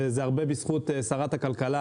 וזה הרבה בזכות שרת הכלכלה,